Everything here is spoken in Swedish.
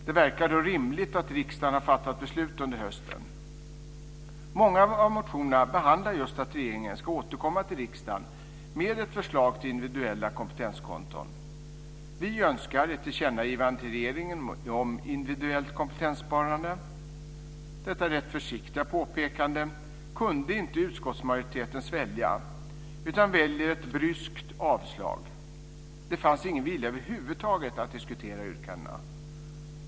Det verkar då rimligt att riksdagen har fattat beslut under hösten. Många av motionerna behandlar just att regeringen ska återkomma till riksdagen med ett förslag till individuella kompetenskonton. Vi önskar ett tillkännagivande till regeringen om individuellt kompetenssparande. Detta rätt försiktiga påpekande kunde inte utskottsmajoriteten svälja utan väljer ett bryskt avslag. Det fanns ingen vilja över huvud taget att diskutera yrkandena.